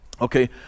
okay